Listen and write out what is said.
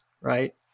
right